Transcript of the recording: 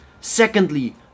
secondly